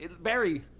Barry